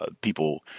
people